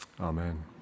Amen